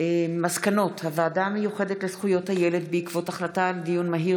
מסקנות הוועדה המיוחדת לזכויות הילד בעקבות דיון מהיר